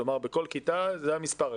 כלומר בכל כיתה זה המספר.